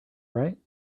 right